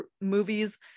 movies